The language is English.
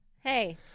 Hey